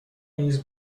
نیز